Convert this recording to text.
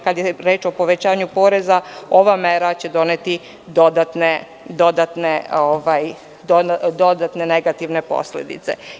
Kada je reč o povećanju poreza, ova mera će doneti dodatne negativne posledice.